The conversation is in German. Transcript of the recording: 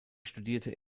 studierte